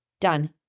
Done